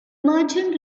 merchant